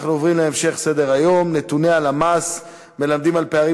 אנחנו עוברים להמשך סדר-היום: נתוני הלמ"ס מלמדים על פערים